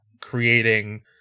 creating